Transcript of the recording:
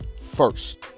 first